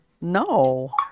no